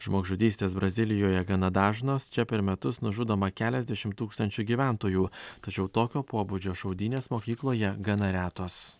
žmogžudystės brazilijoje gana dažnos čia per metus nužudoma keliasdešimt tūkstančių gyventojų tačiau tokio pobūdžio šaudynės mokykloje gana retos